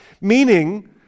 Meaning